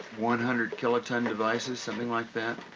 one hundred kiloton devices, something like that,